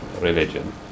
religion